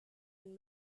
and